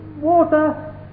water